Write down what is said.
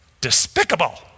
despicable